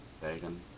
Bacon